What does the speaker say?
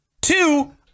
Two